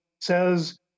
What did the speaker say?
says